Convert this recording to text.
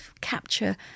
capture